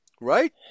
right